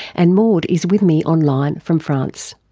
and maude is with me online from france.